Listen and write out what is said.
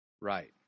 Right